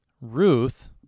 Ruth